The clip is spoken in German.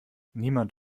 niemand